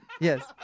Yes